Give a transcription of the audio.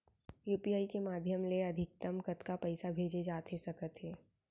UPI के माधयम ले अधिकतम कतका पइसा भेजे जाथे सकत हे?